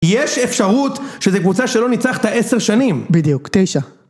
יש אפשרות שזו קבוצה שלא ניצחת עשר שנים? בדיוק, תשע.